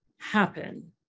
happen